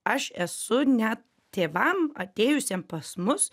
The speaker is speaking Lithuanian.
aš esu net tėvam atėjusiem pas mus